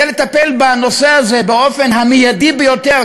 לטפל בנושא הזה באופן המיידי ביותר,